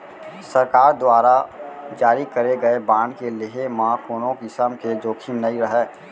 सरकार दुवारा जारी करे गए बांड के लेहे म कोनों किसम के जोखिम नइ रहय